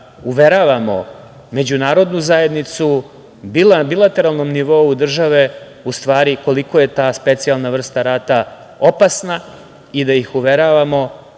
uveravamo međunarodnu zajednicu na bilateralnom nivou države u stvari koliko je ta specijalna vrsta rata opasna i da ih uveravamo